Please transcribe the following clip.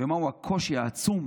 ועל הקושי העצום